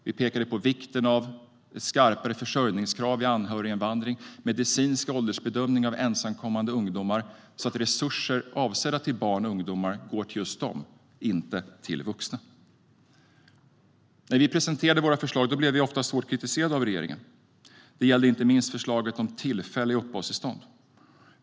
Vi pekade på vikten av ett skarpare försörjningskrav vid anhöriginvandring och medicinsk åldersbedömning av ensamkommande ungdomar så att resurser avsedda för barn och ungdomar går till just dem och inte till vuxna. När vi presenterade våra förslag blev vi oftast hårt kritiserade av regeringen. Det gällde inte minst förslaget om tillfälliga uppehållstillstånd.